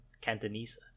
Cantonese